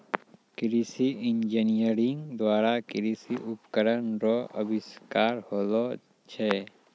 कृषि इंजीनियरिंग द्वारा कृषि उपकरण रो अविष्कार होलो छै